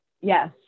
Yes